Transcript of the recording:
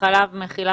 מהתחלה וסליחה,